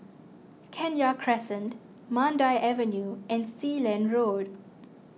Kenya Crescent Mandai Avenue and Sealand Road